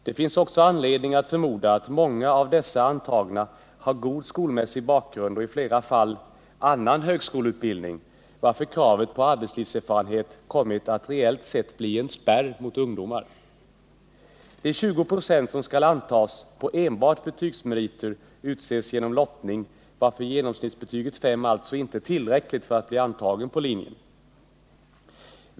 Det finns också anledning att förmoda att många av dessa antagna har god skolmässig bakgrund och i flera fall annan högskoleutbildning, varför kravet på arbetslivserfarenhet reellt sett kommit att bli en spärr mot ungdomar. De 20 96 som skall antas på enbart betygsmeriter utses genom lottning, varför genomsnittsbetyget 5 alltså inte är tillräckligt för att bli antagen på linjen.